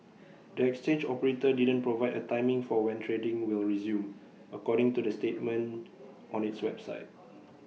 the exchange operator didn't provide A timing for when trading will resume according to the statement on its website